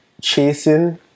chasing